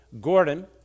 Gordon